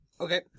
Okay